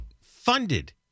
funded